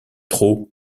trop